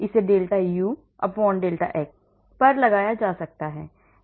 इसे delta udelta x पर लगाया जा सकता है